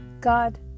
God